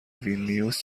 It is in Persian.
ویلنیوس